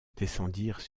descendirent